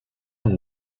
und